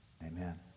Amen